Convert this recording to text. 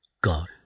God